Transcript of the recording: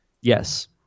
Yes